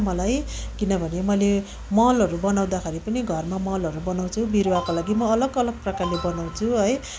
मलाई किनभने मैले मलहरू बनाउँदाखेरि पनि घरमा मलहरू बनाउँछु बिरुवाको लागि म अलग अलग प्रकारले बनाउँछु है